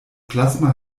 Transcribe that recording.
plasma